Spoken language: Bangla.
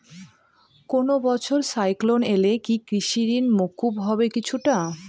কোনো বছর সাইক্লোন এলে কি কৃষি ঋণ মকুব হবে কিছুটা?